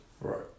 Right